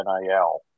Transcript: NIL